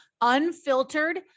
unfiltered